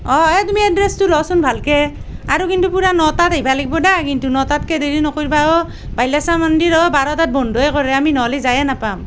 অঁ এই তুমি এড্ৰেছটো লোৱাচোন ভালকৈ আৰু কিন্তু পূৰা নটাত আহিব লাগিব দেই কিন্তু ন টাতকৈ দেৰি নকৰিবা অঁ বিল্বেশ্বৰ মন্দিৰ অঁ বাৰটাত বন্ধই কৰে আমি নহ'লে যাইয়ে নাপাম